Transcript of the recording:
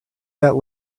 that